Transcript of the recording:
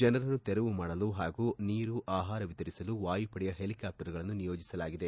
ಜನರನ್ನು ತೆರವು ಮಾಡಲು ಹಾಗೂ ನೀರು ಆಹಾರ ವಿತರಿಸಲು ವಾಯುಪಡೆಯ ಹೆಲಿಕಾಪ್ಟರ್ಗಳನ್ನು ನಿಯೋಜಿಸಲಾಗಿದೆ